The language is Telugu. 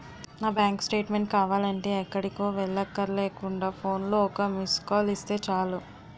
నా బాంకు స్టేట్మేంట్ కావాలంటే ఎక్కడికో వెళ్ళక్కర్లేకుండా ఫోన్లో ఒక్క మిస్కాల్ ఇస్తే చాలు